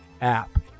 app